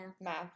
Math